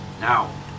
Now